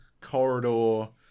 corridor